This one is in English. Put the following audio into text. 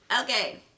Okay